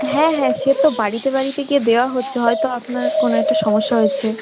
হ্যাঁ হ্যাঁ সে তো বাড়িতে বাড়িতে গিয়ে দেওয়া হচ্ছে হয়তো আপনার কোনো একটা সমস্যা হয়েছে